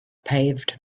paved